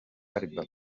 alibaba